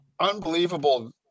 unbelievable